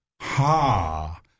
ha